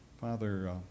father